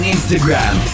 Instagram